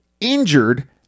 injured